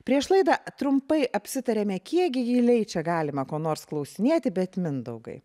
prieš laidą trumpai apsitarėme kiek gi giliai čia galima ko nors klausinėti bet mindaugai